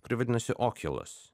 kuri vadinosi okiulas